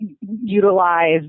utilize